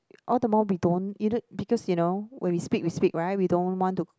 all them all we don't either because you know when we speak we speak right we don't want to